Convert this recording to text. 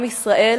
עם ישראל